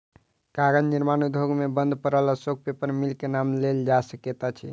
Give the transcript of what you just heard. कागज निर्माण उद्योग मे बंद पड़ल अशोक पेपर मिल के नाम लेल जा सकैत अछि